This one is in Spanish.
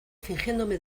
fingiéndome